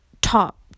top